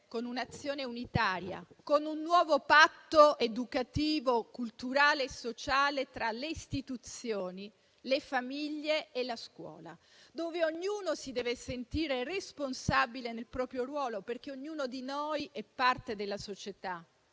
con un'azione unitaria, con un nuovo patto educativo, culturale e sociale tra le istituzioni, le famiglie e la scuola, dove ognuno si deve sentire responsabile nel proprio ruolo, perché ognuno di noi è parte della società,